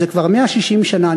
וזה כבר 160 שנה.